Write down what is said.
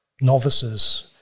novices